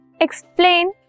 Explain